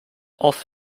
off